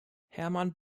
hermann